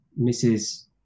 Mrs